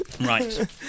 Right